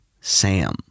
Sam